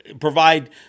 provide